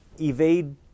evade